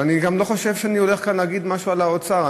ואני גם לא חושב שאני הולך להגיד גם משהו על האוצר.